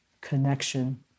connection